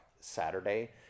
saturday